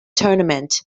tournament